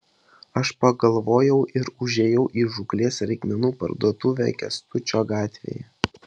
aš pagalvojau ir užėjau į žūklės reikmenų parduotuvę kęstučio gatvėje